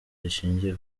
rishingiye